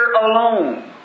alone